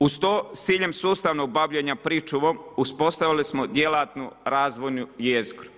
Uz to s ciljem sustavnog bavljenja pričuvom, uspostavili smo djelatnu, razvojnu jezgru.